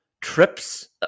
trips